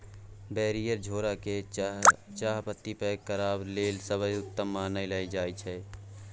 barrier झोरा केँ चाहपत्ती पैक करबा लेल सबसँ उत्तम मानल जाइ छै